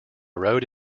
rode